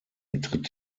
tritt